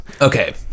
Okay